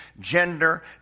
gender